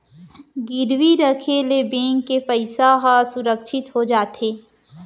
गिरवी राखे ले बेंक के पइसा ह सुरक्छित हो जाथे